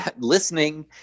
listening